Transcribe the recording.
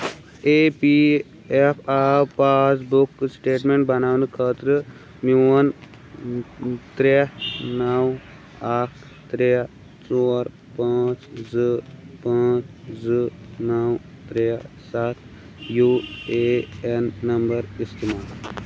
A P F O passbook statement بناونہٕ خٲطرٕ میون ترٛےٚ نو اکھ ترٛےٚ ژور پانٛژھ زٕ پانٛژھ زٕ نو ترٛےٚ سَتھ یوٗ اے این نمبر استعمال